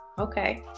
Okay